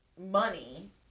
money